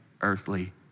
earthly